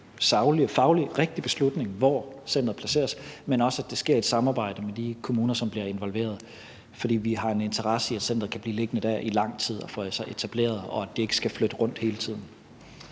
sagligt og fagligt rigtig beslutning, hvor centeret placeres, men også at det sker i et samarbejde med de kommuner, som bliver involveret. For vi har en interesse i, at centeret kan blive liggende der i lang tid og få sig etableret, og at det ikke skal flytte rundt hele tiden.